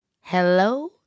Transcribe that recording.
Hello